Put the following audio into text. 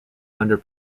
under